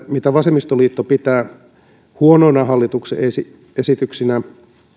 mitä vasemmistoliitto pitää huonoina hallituksen esityksinä se